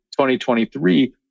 2023